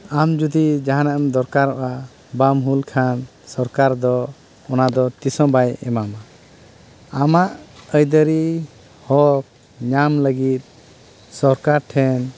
ᱟᱢ ᱡᱩᱫᱤ ᱡᱟᱦᱟᱱᱟᱜᱮᱢ ᱫᱚᱨᱠᱟᱨᱚᱜᱼᱟ ᱵᱟᱢ ᱦᱩᱞ ᱠᱷᱟᱱ ᱥᱚᱨᱠᱟᱨ ᱫᱚ ᱚᱱᱟᱫᱚ ᱛᱤᱥᱦᱚᱸ ᱵᱟᱭ ᱮᱢᱟᱢᱟ ᱟᱢᱟᱜ ᱟᱹᱭᱫᱟᱹᱨᱤ ᱦᱚᱠ ᱧᱟᱢ ᱞᱟᱹᱜᱤᱫ ᱥᱚᱨᱠᱟᱨ ᱴᱷᱮᱱ